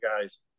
guys